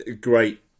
great